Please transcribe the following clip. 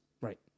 right